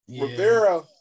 Rivera